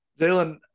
Jalen